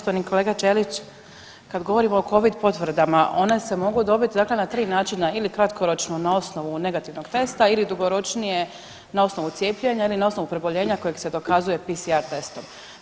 Poštovani kolega Ćelić kada govorimo o Covid potvrdama one se mogu dobiti dakle na tri načina, ili kratkoročno na osnovu negativnog testa, ili dugoročnije na osnovu cijepljenja ili na osnovu preboljenja kojeg se dokazuje PCR testom.